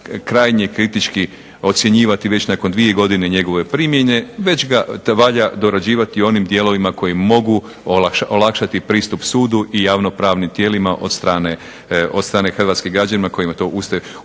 krajnje kritički ocjenjivati već nakon dvije godine njegove primjene, već ga valja dorađivati u onim dijelovima koji mogu olakšati pristup sudu i javnopravnim tijelima od strane hrvatskih građana, kojima je to uistinu